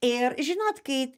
ir žinot kai